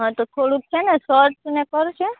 હં તો થોડુંક છે ને સર્ચ ને કરજે